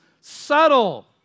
subtle